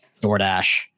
DoorDash